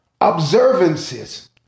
observances